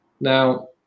Now